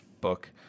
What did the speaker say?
book